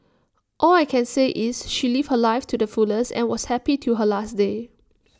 all I can say is she lived her life too the fullest and was happy till her last day